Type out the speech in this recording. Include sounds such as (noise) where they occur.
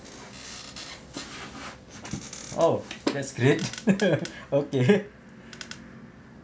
oh that's great (laughs) okay